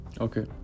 Okay